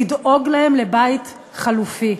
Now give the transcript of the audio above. לדאוג להם לבית חלופי,